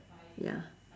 ya